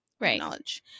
right